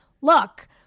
Look